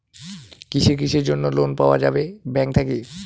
কিসের কিসের জন্যে লোন পাওয়া যাবে ব্যাংক থাকি?